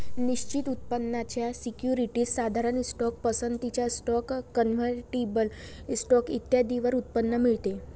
निश्चित उत्पन्नाच्या सिक्युरिटीज, साधारण स्टॉक, पसंतीचा स्टॉक, कन्व्हर्टिबल स्टॉक इत्यादींवर उत्पन्न मिळते